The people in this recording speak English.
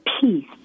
peace